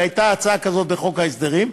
והייתה הצעה כזאת בחוק ההסדרים,